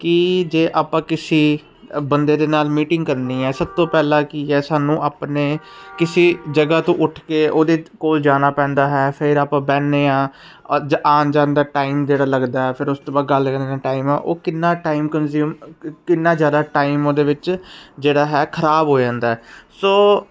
ਕੀ ਜੇ ਆਪਾਂ ਕਿਸੇ ਬੰਦੇ ਦੇ ਨਾਲ ਮੀਟਿੰਗ ਕਰਨੀ ਹ ਸਭ ਤੋਂ ਪਹਿਲਾਂ ਕੀ ਹ ਸਾਨੂੰ ਆਪਣੇ ਕਿਸੇ ਜਗ੍ਹਾ ਤੋਂ ਉੱਠ ਕੇ ਉਹਦੇ ਕੋਲ ਜਾਣਾ ਪੈਂਦਾ ਹੈ ਫਿਰ ਆਪਾਂ ਬਹਿਨੇ ਆਂ ਆਣ ਜਾਣ ਦਾ ਟਾਈਮ ਜਿਹੜਾ ਲੱਗਦਾ ਫਿਰ ਉਸ ਤੋਂ ਬਾਅਦ ਗੱਲ ਟਾਈਮ ਆ ਉਹ ਕਿੰਨਾ ਟਾਈਮ ਕੰਜਿਊਮ ਕਿੰਨਾ ਜਿਆਦਾ ਟਾਈਮ ਉਹਦੇ ਵਿੱਚ ਜਿਹੜਾ ਹੈ ਖਰਾਬ ਹੋ ਜਾਂਦਾ ਸੋ